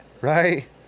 Right